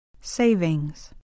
Savings